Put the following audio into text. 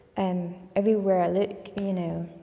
and everywhere i look, you know,